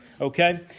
Okay